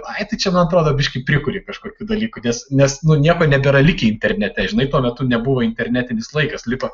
ai tai čia man atrodo biškį prikuri kažkokių dalykų nes nes nu nieko nebėra likę internete žinai tuo metu nebuvo internetinis laikas liko